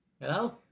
Hello